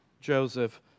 Joseph